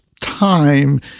time